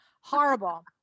horrible